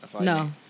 No